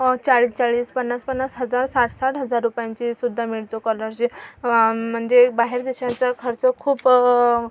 चाळीस चाळीस पन्नास पन्नास हजार साठ साठ हजार रुपयांची सुद्धा मिळतो कॉलरशिप म्हणजे बाहेर देशाचं खर्च खूप